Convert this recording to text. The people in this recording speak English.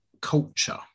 culture